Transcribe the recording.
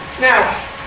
Now